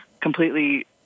completely